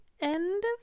end